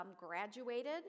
graduated